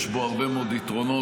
יש בו הרבה מאוד יתרונות,